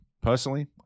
personally